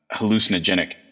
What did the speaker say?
hallucinogenic